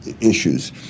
issues